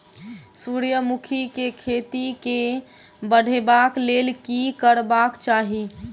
सूर्यमुखी केँ खेती केँ बढ़ेबाक लेल की करबाक चाहि?